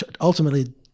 Ultimately